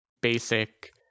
basic